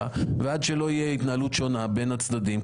ועד שלא תהיה התנהלות שונה בין הצדדים,